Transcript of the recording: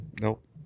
nope